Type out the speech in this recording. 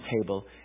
table